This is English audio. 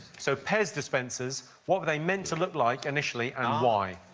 so pez dispensers, what were they meant to look like, initially, and why?